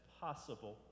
possible